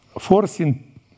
forcing